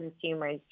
consumers